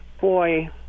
Boy